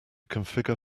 configure